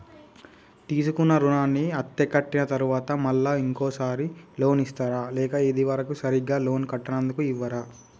తీసుకున్న రుణాన్ని అత్తే కట్టిన తరువాత మళ్ళా ఇంకో సారి లోన్ ఇస్తారా లేక ఇది వరకు సరిగ్గా లోన్ కట్టనందుకు ఇవ్వరా?